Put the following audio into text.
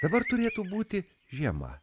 dabar turėtų būti žiema